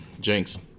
jinx